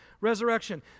resurrection